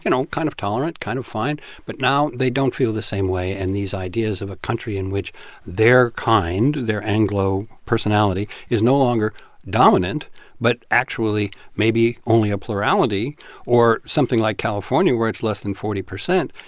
and kind of tolerant, kind of fine. but now they don't feel the same way. and these ideas of a country in which their kind their anglo personality is no longer dominant but actually maybe only a plurality or something like california, where it's less than forty percent.